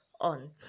on